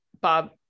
Bob